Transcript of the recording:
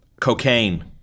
Cocaine